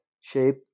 shape